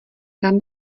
kam